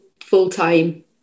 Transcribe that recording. full-time